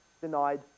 denied